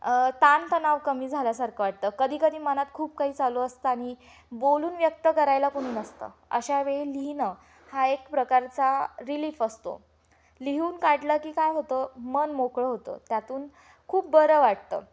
ताणतणाव कमी झाल्यासारखं वाटतं कधी कधी मनात खूप काही चालू असतं आणि बोलून व्यक्त करायला कोणी नसतं लिहिण्यामुळे काय होतं आहे शिकायलाही मदत झालेली आहे शाळा कॉलेजमधल्या नोट्स काढणं काही पॉईंट्स लिहून ठेवणं शिकणं सोपं झालं आहे अशा वेळी लिहिणं हा एक प्रकारचा रिलीफ असतो लिहून काढलं की काय होतं मन मोकळं होतं त्यातून खूप बरं वाटतं